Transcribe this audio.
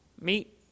meet